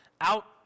out-